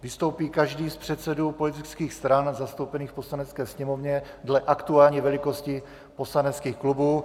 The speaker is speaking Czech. Vystoupí každý z předsedů politických stran zastoupených v Poslanecké sněmovně dle aktuální velikosti poslaneckých klubů.